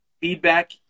feedback